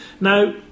Now